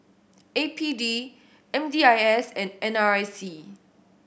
A P D M D I S and N R I C